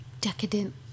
decadent